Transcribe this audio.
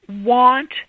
want